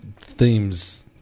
themes